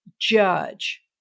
judge